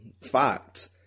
fact